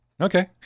Okay